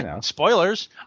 Spoilers